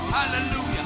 Hallelujah